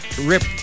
Ripped